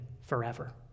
forever